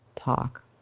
talk